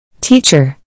Teacher